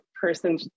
person